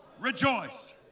rejoice